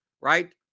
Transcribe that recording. right